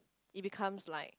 it becomes like